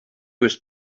was